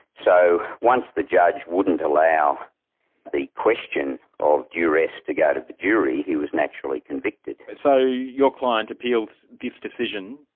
so once the judge wouldn't allow the question of duress to go to the jury, he was naturally convicted. so your client appeals this decision.